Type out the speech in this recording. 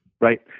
Right